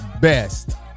best